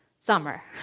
summer